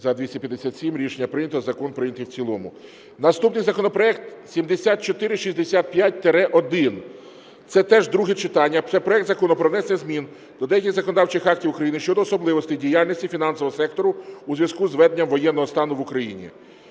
За-257 Рішення прийнято. Закон прийнятий в цілому. Наступний законопроект 7465-1, це теж друге читання. Це проект Закону про внесення змін до деяких законодавчих актів України щодо особливостей діяльності фінансового сектору у зв'язку із введенням воєнного стану в Україні.